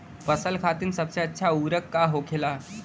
फसल खातीन सबसे अच्छा उर्वरक का होखेला?